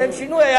לשם שינוי,